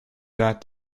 that